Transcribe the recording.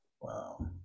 Wow